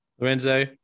Lorenzo